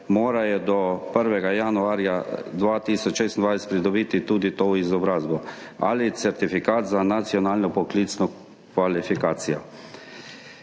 morajo do 1. januarja 2026 pridobiti tudi to izobrazbo ali certifikat za nacionalno poklicno kvalifikacijo